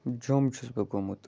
جوٚم چھُس بہٕ گوٚمُت